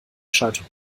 schaltung